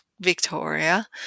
Victoria